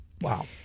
Wow